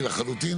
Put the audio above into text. (הישיבה נפסקה בשעה 13:45 ונתחדשה בשעה 13:50.)